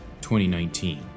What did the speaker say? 2019